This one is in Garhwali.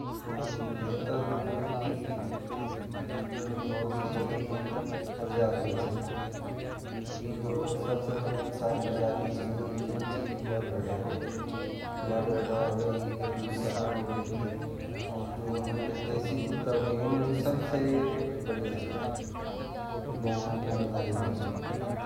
उन ता सारा कुत्ता अच्छे वन खराब नई वन खराब नई वन, पर जन रॉटविलर ची, पिटबुल ,जरमनशेपरेड़ यु ता खतरनाक वोन्दा पर जन लैब्राडोर छिन गोल्डन रिट्रीवर छिन अर हमार जु हमार लोकल कुत्ता वोन्दा भोत ही अच्छा वोन्दा, अच्छा कुत्ता वोन्दा यू ता जन इंसान चलदा वन ही चलदा यु ता बहुत ही अच्छा वोन्दा।